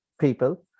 people